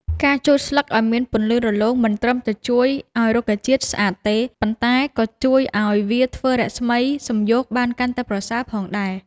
ការជូតស្លឹកឱ្យមានពន្លឺរលោងមិនត្រឹមតែជួយឱ្យរុក្ខជាតិស្អាតទេ ប៉ុន្តែក៏ជួយឱ្យវាធ្វើរស្មីសំយោគបានកាន់តែប្រសើរផងដែរ។